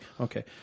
Okay